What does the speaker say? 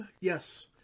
Yes